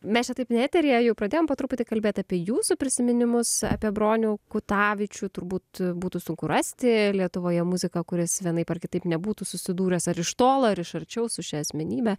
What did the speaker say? mes čia taip ne eteryje jau pradėjom po truputį kalbėti apie jūsų prisiminimus apie bronių kutavičių turbūt būtų sunku rasti lietuvoje muziką kuris vienaip ar kitaip nebūtų susidūręs ar iš tolo ar iš arčiau su šia asmenybe